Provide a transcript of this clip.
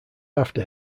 after